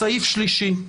סעיף שלישי,